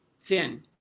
thin